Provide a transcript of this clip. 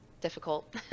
difficult